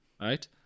right